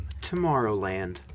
Tomorrowland